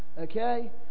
Okay